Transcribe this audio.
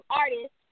artist